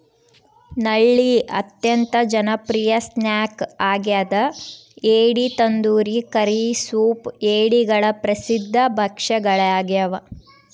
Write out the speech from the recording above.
ನಳ್ಳಿ ಅತ್ಯಂತ ಜನಪ್ರಿಯ ಸ್ನ್ಯಾಕ್ ಆಗ್ಯದ ಏಡಿ ತಂದೂರಿ ಕರಿ ಸೂಪ್ ಏಡಿಗಳ ಪ್ರಸಿದ್ಧ ಭಕ್ಷ್ಯಗಳಾಗ್ಯವ